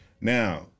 Now